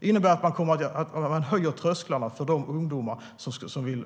Det innebär att man höjer trösklarna för de ungdomar som vill